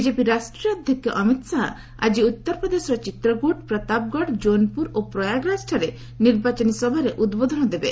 BJP ରାଷ୍ଟ୍ରୀୟ ଅଧ୍ୟକ୍ଷ ଅମିତ ଶାହା ଆଜି ଉତ୍ତରପ୍ରଦେଶର ଚିତ୍ରକୁଟ ପ୍ରତାପଗଡ଼ ଯୋନ୍ପୁର ଓ ପ୍ରୟାଗରାଜଠାରେ ନିର୍ବାଚନୀ ସଭାରେ ଉଦ୍ବୋଧନ ଦେବେ